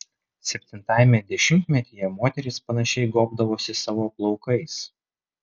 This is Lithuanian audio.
septintajame dešimtmetyje moterys panašiai gobdavosi savo plaukais